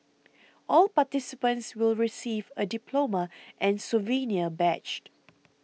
all participants will receive a diploma and souvenir badge